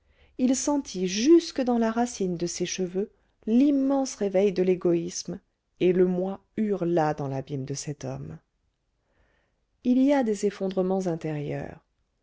il sentit jusque dans la racine de ses cheveux l'immense réveil de l'égoïsme et le moi hurla dans l'abîme de cet homme il y a des effondrements intérieurs